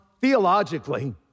theologically